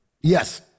Yes